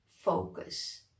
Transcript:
focus